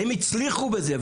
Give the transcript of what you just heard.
הם הצליחו בזה.